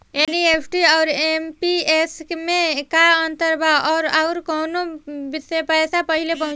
NEFT आउर IMPS मे का अंतर बा और आउर कौना से पैसा पहिले पहुंचेला?